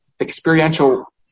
experiential